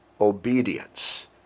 Obedience